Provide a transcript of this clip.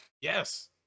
Yes